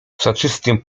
soczystym